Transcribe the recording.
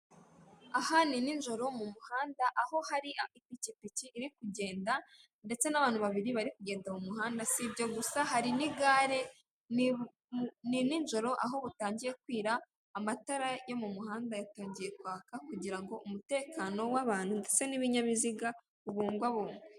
Aha ni nijoro mu muhanda aho hari ipikipiki iri kugenda, ndetse n'abantu babiri barimo kugenda mu muhanda, si ibyo gusa hari n'igare, ni nijoro aho butangiye kwira, amatara yo mu muhanda yatangiye kwaka, kugira ngo umutekano w'abantu ndetse n'ibinyabiziga, ubungabungwe.